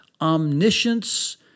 omniscience